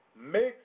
mix